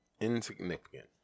Insignificant